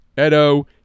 Edo